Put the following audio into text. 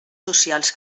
socials